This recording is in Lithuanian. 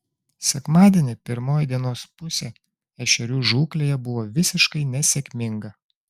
sekmadienį pirmoji dienos pusė ešerių žūklėje buvo visiškai nesėkminga